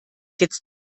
jetzt